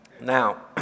now